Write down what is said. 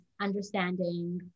understanding